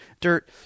dirt